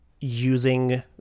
using